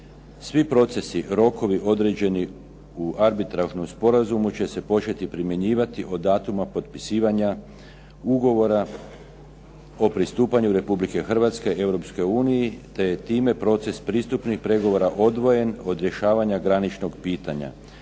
Svi procesi, rokovi određeni u arbitražnom sporazumu će se početi primjenjivati od datuma potpisivanja ugovora o pristupanju Republike Hrvatske Europskoj uniji, te je time proces pristupnih pregovora odvojen od rješavanja graničnog pitanja.